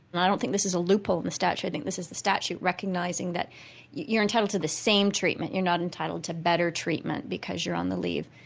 and i don't think this is a loophole in the statute. i think this is the statute recognizing that you're entitled to the same treatment. you're not entitled to better treatment because you're on the leave.